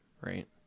right